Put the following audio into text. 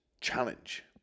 challenge